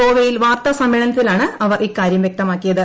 ഗോവയിൽ വാർത്താ സമ്മേളനത്തിലാണ് അവർ ഇക്കാരൃം വൃക്തമാക്കിയത്